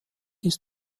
ist